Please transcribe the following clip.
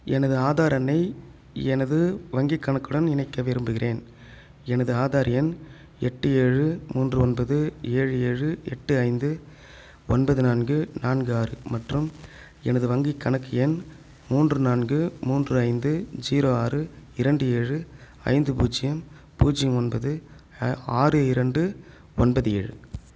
எனது ஆதார் எண்ணை எனது வங்கிக்கணக்குடன் இணைக்க விரும்புகிறேன் எனது ஆதார் எண் எட்டு ஏழு மூன்று ஒன்பது ஏழு ஏழு எட்டு ஐந்து ஒன்பது நான்கு நான்கு ஆறு மற்றும் எனது வங்கி கணக்கு எண் மூன்று நான்கு மூன்று ஐந்து ஜீரோ ஆறு இரண்டு ஏழு ஐந்து பூஜ்யம் பூஜ்யம் ஒன்பது அ ஆறு இரண்டு ஒன்பது ஏழு